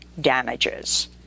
damages